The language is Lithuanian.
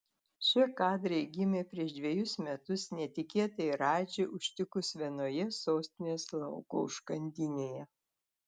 šie kadrai gimė prieš dvejus metus netikėtai radži užtikus vienoje sostinės lauko užkandinėje